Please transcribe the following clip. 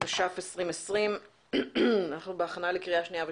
התש"ף 2020. אנחנו בהכנה לקריאה שנייה ושלישית.